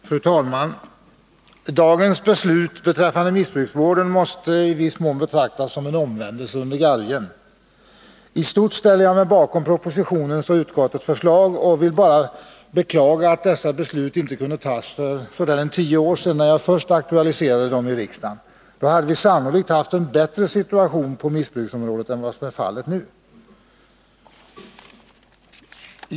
Fru talman! Dagens beslut beträffande missbrukarvården måste i viss mån betraktas som resultatet av en omvändelse under galgen. I stort ställer jag mig bakom propositionens och utskottets förslag och vill bara beklaga att detta beslut inte kunde tas för ca tio år sedan, när jag först aktualiserade dessa frågor i riksdagen. Då hade vi sannolikt haft en bättre situation på missbruksområdet än vad som är fallet nu.